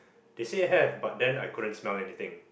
they say have but then I couldn't smell anything